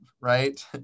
right